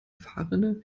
fahrrinne